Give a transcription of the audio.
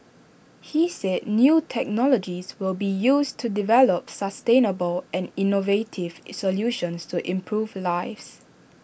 he said new technologies will be used to develop sustainable and innovative solutions to improve lives